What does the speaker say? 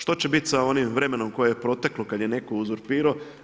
Što će bit sa onim vremenom koje je proteklo kad je netko uzurpirao?